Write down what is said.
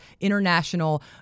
international